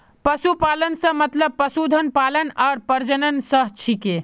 पशुपालन स मतलब पशुधन पालन आर प्रजनन स छिके